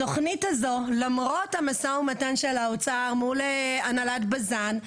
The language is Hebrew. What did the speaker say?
התוכנית הזאת למרות המשא ומתן של האוצר מול הנהלת בז"ן,